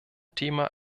thema